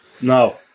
No